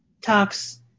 talks